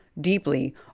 deeply